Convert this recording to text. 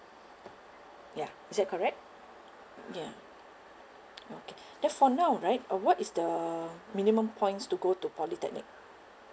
ya is that correct ya okay that's for now right uh what is the minimum points to go to polytechnic